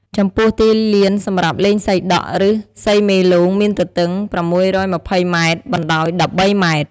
ចំពោះទីលានសម្រាប់លេងសីដក់ ឬ សីមេលោងមានទទឹង ៦២០ម៉ែត្រ បណ្ដោយ១៣ម៉ែត្រ ។